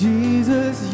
Jesus